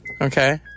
okay